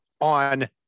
on